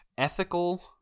Ethical